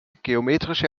geometrische